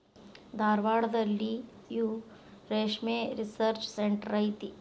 ಧಾರವಾಡದಲ್ಲಿಯೂ ರೇಶ್ಮೆ research centre ಐತಿ